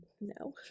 No